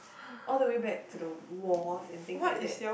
all the way back to the wars and things like that